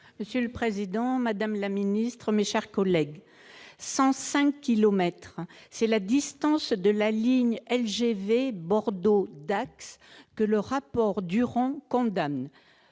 Monsieur le président, madame la ministre, mes chers collègues, 105 kilomètres, c'est la distance de la ligne LGV Bordeaux-Dax que le rapport Duron condamne.